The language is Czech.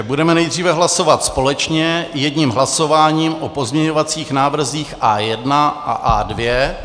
Budeme nejdříve hlasovat společně jedním hlasováním o pozměňovacích návrzích A1 a A2.